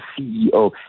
CEO